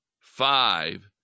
five